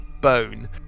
bone